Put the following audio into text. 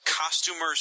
Costumer's